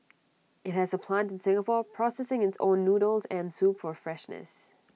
IT has A plant in Singapore processing its own noodles and soup for freshness